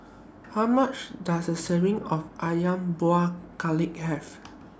How Many Calories Does A Serving of Ayam Buah Keluak Have